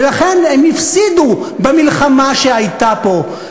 ולכן הם הפסידו במלחמה שהייתה פה.